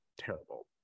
terrible